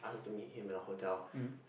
ask us to meet him at a hotel